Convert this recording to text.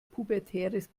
pubertäres